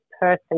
person